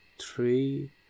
three